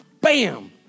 Bam